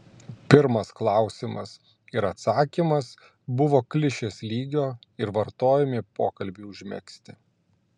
pirmas klausimas ir atsakymas buvo klišės lygio ir vartojami pokalbiui užmegzti